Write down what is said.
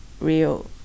real